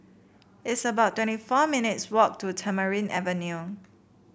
it's about twenty four minutes' walk to Tamarind Avenue